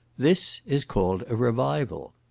this is called a revival.